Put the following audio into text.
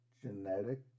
Genetic